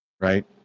right